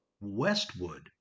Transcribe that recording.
Westwood